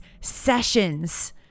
sessions